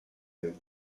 him